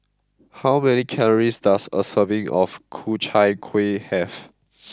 how many calories does a serving of Ku Chai Kuih have